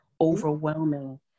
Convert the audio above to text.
overwhelming